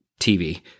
TV